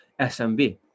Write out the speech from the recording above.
SMB